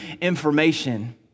information